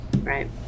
Right